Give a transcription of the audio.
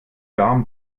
warm